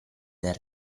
del